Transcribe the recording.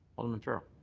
alderman farrell.